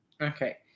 Okay